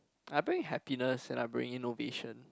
I bring happiness and I bring innovation